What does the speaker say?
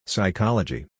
Psychology